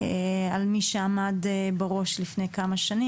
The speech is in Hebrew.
מי שעמד בראש לפני כמה שנים,